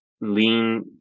lean